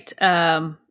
right